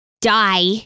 die